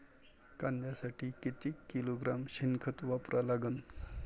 कांद्यासाठी किती किलोग्रॅम शेनखत वापरा लागन?